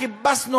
חיפשנו,